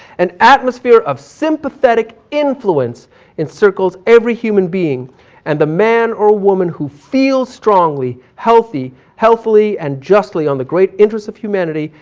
an atmosphere of sympathetic influence encircles every human being and a man or woman who feels strongly, healthy, healthfully and justly on the great interest of humanity,